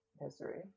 history